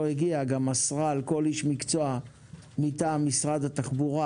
הגיעה אלא אסרה על כל איש מקצוע מטעם משרד התחבורה